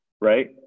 right